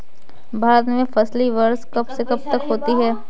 भारत में फसली वर्ष कब से कब तक होता है?